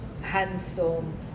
handsome